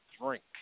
drink